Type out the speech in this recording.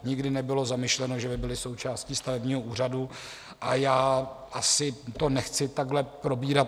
Nikdy nebylo zamýšleno, že by byli součástí stavebního úřadu, a já asi to nechci takhle probírat.